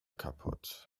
kaputt